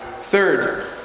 Third